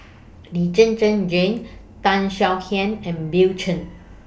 Lee Zhen Zhen Jane Tan Swie Hian and Bill Chen